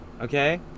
okay